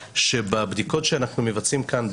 שבבדיקות שאנחנו מבצעים כאן בארץ,